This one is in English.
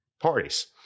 parties